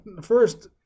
First